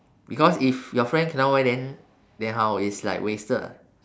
because if your friends cannot wear then then how it's like wasted ah